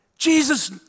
Jesus